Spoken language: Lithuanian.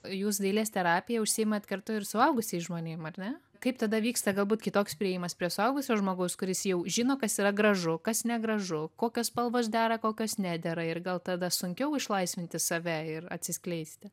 jūs dailės terapija užsiimat kartu ir suaugusiais žmonėm ar ne kaip tada vyksta galbūt kitoks priėjimas prie suaugusio žmogaus kuris jau žino kas yra gražu kas negražu kokios spalvos dera kokios nedera ir gal tada sunkiau išlaisvinti save ir atsiskleisti